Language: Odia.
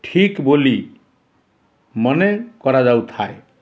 ଠିକ୍ ବୋଲି ମନେ କରାଯାଉଥାଏ